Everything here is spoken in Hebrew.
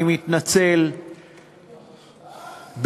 אני מתנצל בשמי,